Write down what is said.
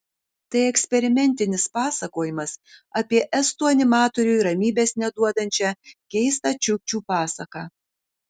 tai eksperimentinis pasakojimas apie estų animatoriui ramybės neduodančią keistą čiukčių pasaką